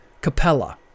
Capella